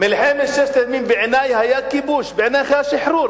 במלחמת ששת הימים בעיני היה כיבוש ובעינייך היה שחרור.